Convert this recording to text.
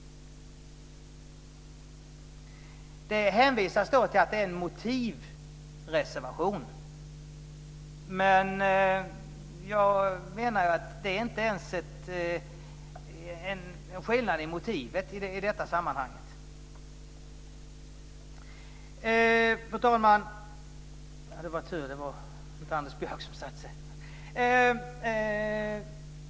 Det hänvisas till att det är en motivreservation, men jag menar att det inte ens är en skillnad i motiv i detta sammanhang. Fru talman!